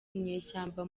inyeshyamba